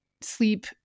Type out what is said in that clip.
sleep